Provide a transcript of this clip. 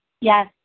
Yes